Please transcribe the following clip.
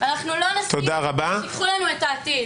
ואנחנו לא נסכים שתיקחו לנו את העתיד.